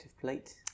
plate